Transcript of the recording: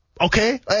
okay